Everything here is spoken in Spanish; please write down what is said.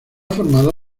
formado